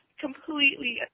completely